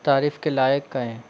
तारीफ़ के लायक कहें